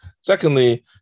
Secondly